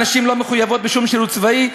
הנשים לא מחויבות בשום שירות צבאי,